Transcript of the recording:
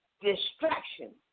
Distraction